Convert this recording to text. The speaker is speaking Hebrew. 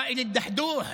וואיל דחדוח,